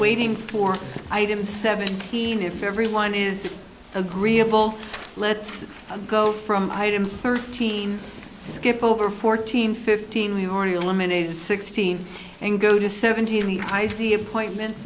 waiting for item seventeen if everyone is agreeable let's go from item thirteen skip over fourteen fifteen we've already eliminated sixteen and go to seventeen i see appointments